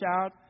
shout